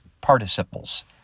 participles